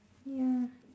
ya